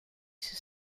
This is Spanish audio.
sus